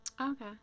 Okay